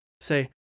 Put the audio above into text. say